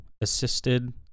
assisted